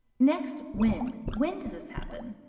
next, when. when does this happen?